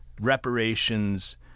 reparations